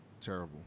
terrible